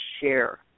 share